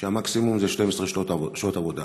שהמקסימום הוא 12 שעות עבודה.